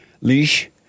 leash